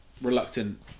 reluctant